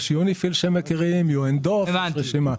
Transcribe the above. יש יוניפיל, יש רשימה.